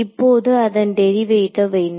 இப்போது அதன் டெரிவேட்டிவ் என்ன